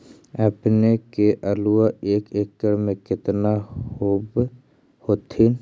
अपने के आलुआ एक एकड़ मे कितना होब होत्थिन?